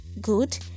good